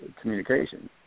communication